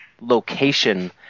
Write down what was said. location